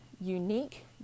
Unique